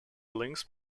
links